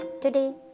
Today